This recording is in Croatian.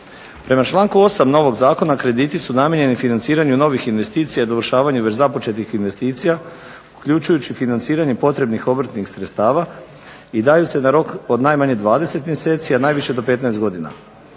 Prema članku 8. novog zakona krediti su namijenjeni financiranju novih investicija i dovršavanju već započetih investicija uključujući i financiranje potrebnih obrtnih sredstava i daju se na rok od najmanje 20 mjeseci, a najviše do 15 godina.